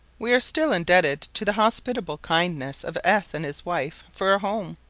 we are still indebted to the hospitable kindness of s and his wife for a home.